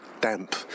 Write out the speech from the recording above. damp